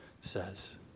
says